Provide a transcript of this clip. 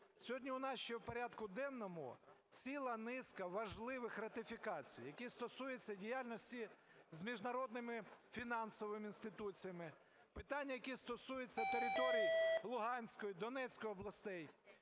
Сьогодні у нас ще в порядку денному ціла низка важливих ратифікацій, які стосуються діяльності з міжнародними фінансовими інституціями, питання, які стосуються територій Луганської, Донецької областей.